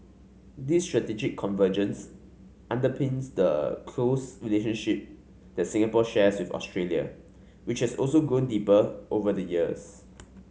this strategic convergence underpins the close relationship that Singapore shares with Australia which has grown deeper over the years